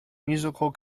musical